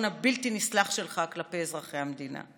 הבלתי-נסלח שלך כלפי אזרחי המדינה?